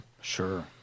Sure